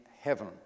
heaven